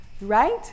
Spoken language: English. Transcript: right